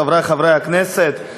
חברי חברי הכנסת,